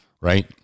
right